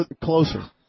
closer